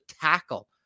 tackle